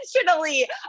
intentionally